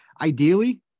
Ideally